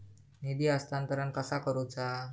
निधी हस्तांतरण कसा करुचा?